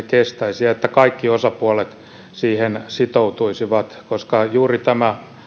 kestäisi ja että kaikki osapuolet siihen sitoutuisivat koska juuri tämä